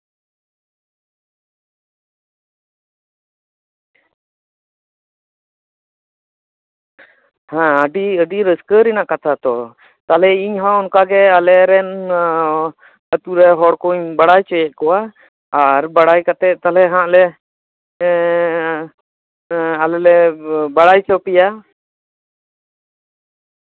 ᱦᱮᱸ ᱟᱹᱰᱤ ᱟᱹᱰᱤ ᱨᱟᱹᱥᱠᱟᱹ ᱨᱮᱱᱟᱜ ᱠᱟᱛᱷᱟ ᱛᱚ ᱛᱟᱞᱦᱮ ᱤᱧ ᱦᱚᱸ ᱚᱱᱠᱟᱜᱮ ᱟᱞᱮ ᱨᱮᱱ ᱟᱹᱛᱩᱨᱮ ᱦᱚᱲ ᱠᱚᱧ ᱵᱟᱲᱟᱭ ᱦᱚᱪᱚᱭᱮᱫ ᱠᱚᱣᱟ ᱟᱨ ᱵᱟᱲᱟᱭ ᱠᱟᱛᱮ ᱛᱟᱞᱦᱮ ᱦᱟᱸᱜᱞᱮ ᱟᱞᱮ ᱞᱮ ᱵᱟᱲᱟᱭ ᱦᱚᱪᱚᱯᱮᱭᱟ